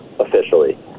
officially